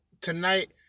tonight